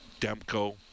Demko